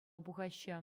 пухаҫҫӗ